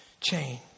chain